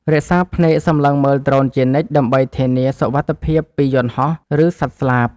រក្សាភ្នែកសម្លឹងមើលដ្រូនជានិច្ច ដើម្បីធានាសុវត្ថិភាពពីយន្តហោះ ឬសត្វស្លាប។